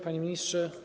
Panie Ministrze!